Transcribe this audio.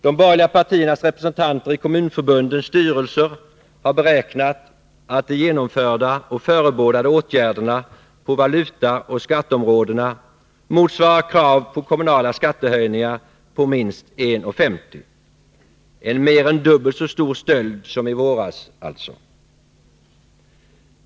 De borgerliga partiernas representanter i kommunförbundens styrelser har beräknat att de genomförda och förebådade åtgärderna på valutaoch skatteområdena motsvarar krav på kommunala skattehöjningar på minst 1:50 — en mer än dubbelt så stor stöld som i våras alltså.